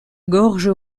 gorge